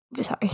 Sorry